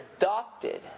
adopted